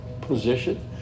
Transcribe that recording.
position